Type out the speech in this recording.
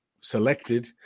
selected